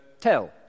tell